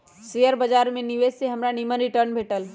share बाजार में निवेश से हमरा निम्मन रिटर्न भेटल